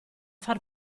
far